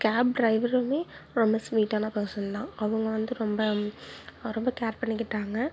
gap டிரைவரும் ரொம்ப ஸ்வீட்டான பெர்சன்தான் அவங்க வந்து ரொம்ப ரொம்ப கேர் பண்ணிக்கிட்டாங்க